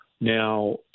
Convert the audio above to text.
Now